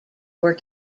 were